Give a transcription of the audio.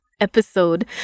episode